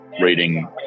reading